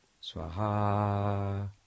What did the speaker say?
Swaha